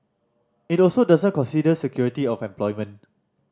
it also doesn't consider security of employment